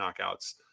knockouts